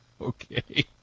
Okay